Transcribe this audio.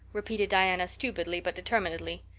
repeated diana, stupidly but determinedly.